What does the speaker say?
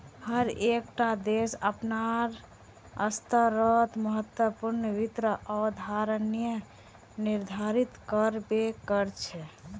हर एक टा देश अपनार स्तरोंत महत्वपूर्ण वित्त अवधारणाएं निर्धारित कर बे करछे